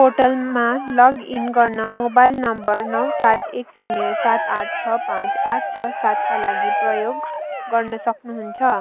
पोर्टलमा लगइन गर्न mobile number नौ सात एक शून्य सात आठ छ पाँच आठ छ सातका लागि प्रयोग गर्न सक्नुहुन्छ